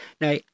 Now